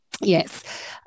Yes